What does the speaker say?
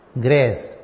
grace